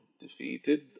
defeated